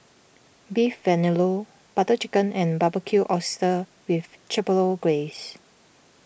Beef Vindaloo Butter Chicken and Barbecued Oysters with Chipotle Glaze